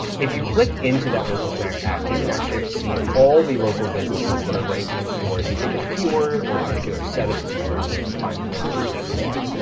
if you click into that local snack pack, you can actually see all the local businesses that are ranking for a particular keyword, or a particular set of keywords and you can find more information there.